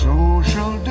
Social